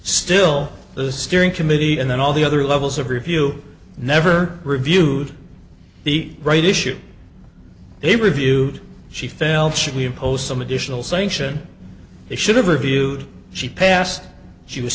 the steering committee and then all the other levels of review never reviewed the right issue it reviewed she failed should we impose some additional sanction they should have reviewed she passed she was